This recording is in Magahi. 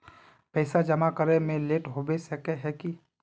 पैसा जमा करे में लेट होबे सके है की?